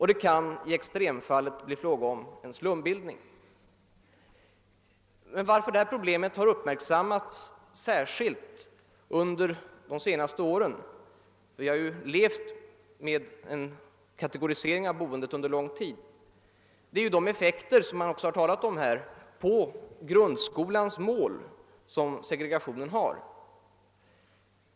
Det kan i extremfallet bli fråga om en slumbildning. Vi har levt med en kategorisering av boendet under lång tid. Att detta problem särskilt har uppmärksammats under senaste åren beror på de effekter — det har också berörts här — på grundskolans mål som segregationen har.